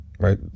right